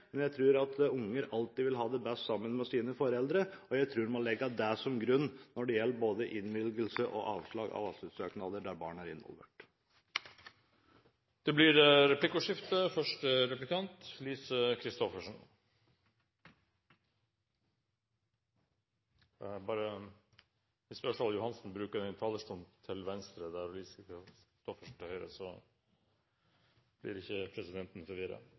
Men jeg tror at barn alltid vil ha det best sammen med sine foreldre, og jeg tror at en må legge det til grunn når det gjelder både innvilgelse og avslag av asylsøknader der barn er involvert. Det blir replikkordskifte.